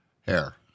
hair